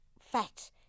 fat